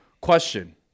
Question